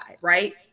Right